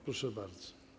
Proszę bardzo.